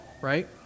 right